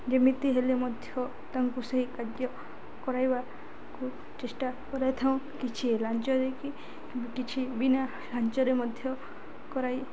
ଯେମିତି ହେଲେ ମଧ୍ୟ ତାଙ୍କୁ ସେହି କାର୍ଯ୍ୟ କରାଇବାକୁ ଚେଷ୍ଟା କରାଇଥାଉ କିଛି ଲାଞ୍ଚରେ କି କିଛି ବିନା ଲାଞ୍ଚରେ ମଧ୍ୟ କରାଇ